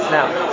Now